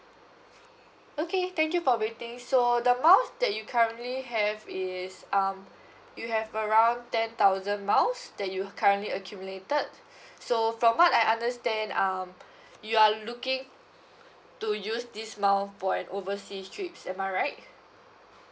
okay thank you for waiting so the miles that you currently have is um you have around ten thousand miles that you currently accumulated so from what I understand um you are looking to use these miles for an overseas trip am I right